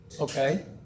Okay